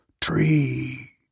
Tree